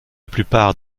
plupart